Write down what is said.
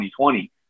2020